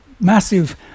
massive